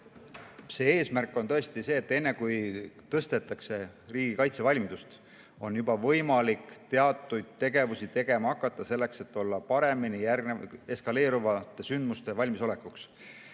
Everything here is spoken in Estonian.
Eesmärk on tõesti see, et enne kui tõstetakse riigi kaitsevalmidust, on võimalik teatud tegevusi tegema hakata, selleks et olla paremini valmis eskaleeruvateks sündmusteks.